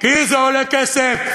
כי זה עולה כסף.